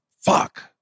Fuck